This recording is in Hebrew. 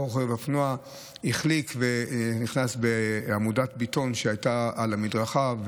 רוכב האופנוע החליק ונכנס בעמודת בטון שהייתה על המדרכה,